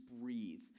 breathe